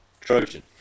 Trojan